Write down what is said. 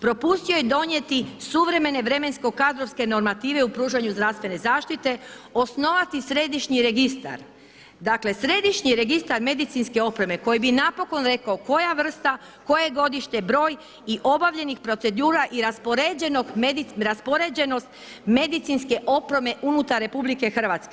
Propustio je donijeti suvremene vremensko kadrovske normative u pružanju zdravstvene zaštite, osnovati središnji registar, dakle, središnji registar medicinske opreme koji bi napokon rekao koja vrsta, koje godište, broj i obavljenih procedura i (raspoređenog )raspoređenost medicinske opreme unutar RH.